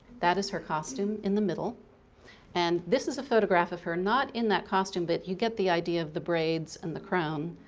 that is her costume in the middle and this is a photograph of her not in that costume but you get the idea of the braids and the crown.